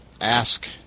ask